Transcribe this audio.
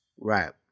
Right